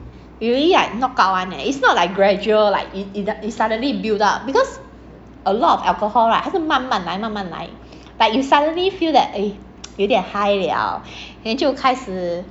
you really like knockout [one] eh it's not like gradual like it suddenly build up because a lot of alcohol right 它是慢慢来慢慢来 but you suddenly feel that eh 有点 high liao then 就开始